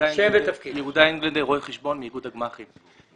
רואה חשבון מאיגוד הגמ"חים.